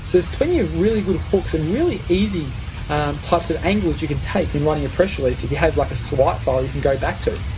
there's plenty of really good hooks and really easy types of angles you can take when writing a press release, if you have like a swipe folder you can go back to.